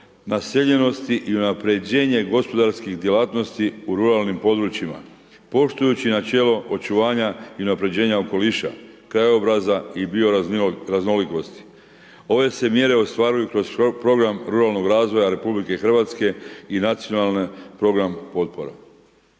naseljenosti i unaprjeđenje gospodarskih djelatnosti u ruralnim područjima poštujući načelo očuvanja i unaprjeđenja okoliša, krajobraza i bioraznolikosti. Ove se mjere ostvaruju kroz svoj program ruralnog razvoja RH i nacionalnog programa potpora.